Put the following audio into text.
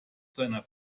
seiner